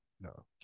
No